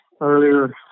earlier